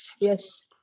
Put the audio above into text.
Yes